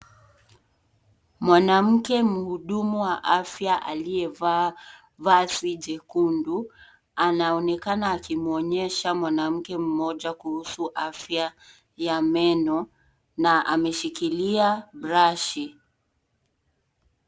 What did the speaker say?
Mwanamke mhudumu wa afya aliyevaa vazi jekundu anaonekana akimwonyesha mwanamke mmoja kuhusu afya ya meno na ameshikilia brashi.